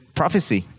prophecy